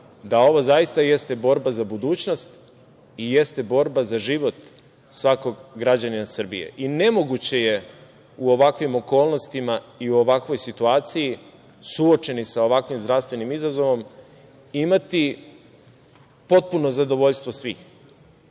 da ovo zaista jeste borba za budućnost i jeste borba za život svakog građanina Srbije. Nemoguće je u ovakvim okolnostima i u ovakvoj situaciji, suočeni sa ovakvim zdravstvenim izazovom, imati potpuno zadovoljstvo svih.